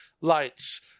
lights